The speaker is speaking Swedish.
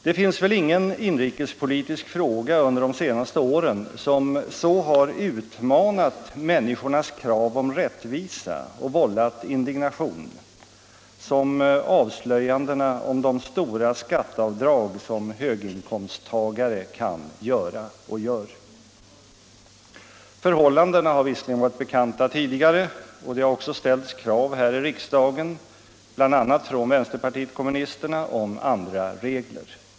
Det finns väl ingen inrikespolitisk fråga under de senaste åren som så har utmanat människornas krav om rättvisa och vållat indignation som avslöjandena om de stora skatteavdrag som höginkomsttagare kan göra och gör. Förhållandena har varit bekanta tidigare, och det har också ställts krav här i riksdagen— bl.a. från vänsterpartiet kommunisterna — om andra regler.